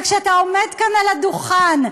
וכשאתה עומד כאן על הדוכן,